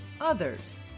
others